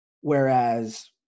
whereas